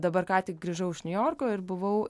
dabar ką tik grįžau iš niujorko ir buvau